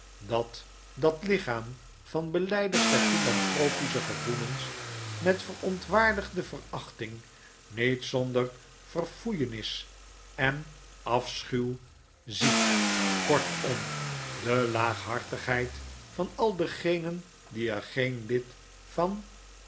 dat dat lichaam van belyders der philanthropische gevoelens met verontwaardigde verachting niet zonder verfoeienis en afschuw ziet kortom de laaghartigheid van al degenen die er geen lid van